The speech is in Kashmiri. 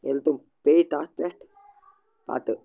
ییٚلہِ تِم پیٚیہِ تَتھ پٮ۪ٹھ پَتہٕ